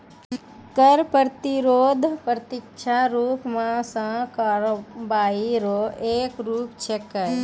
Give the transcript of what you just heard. कर प्रतिरोध प्रत्यक्ष रूप सं कार्रवाई रो एक रूप छिकै